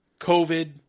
covid